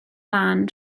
lân